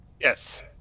Yes